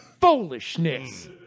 Foolishness